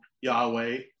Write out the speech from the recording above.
Yahweh